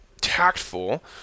tactful